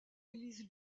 élise